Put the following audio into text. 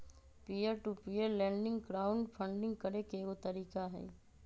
peer to peer lending crowd funding करे के एगो तरीका हई